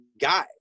guy